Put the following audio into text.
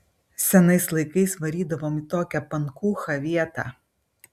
senais laikais varydavom į tokią pankūchą vietą